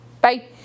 Bye